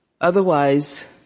Otherwise